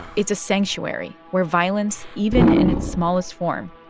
it's a sanctuary where violence, even in its smallest form,